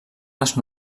les